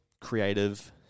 creative